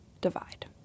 Divide